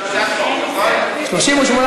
סעיף 1 נתקבל.